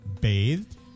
bathed